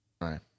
right